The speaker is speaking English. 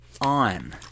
on